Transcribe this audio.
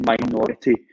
minority